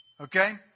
Okay